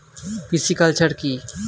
Pisciculture কি?